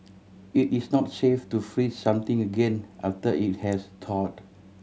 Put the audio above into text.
it is not safe to freeze something again after it has thawed